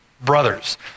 brothers